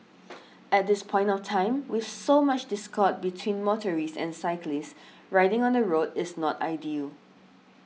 at this point of time with so much discord between motorists and cyclists riding on the road is not ideal